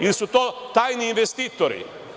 Ili su to tajni investitori?